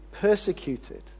persecuted